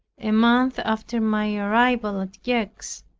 a month after my arrival at gex,